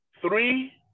Three